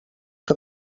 que